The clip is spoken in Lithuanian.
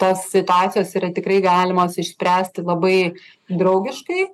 tos situacijos yra tikrai galimos išspręsti labai draugiškai